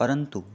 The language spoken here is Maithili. परन्तु